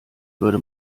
würde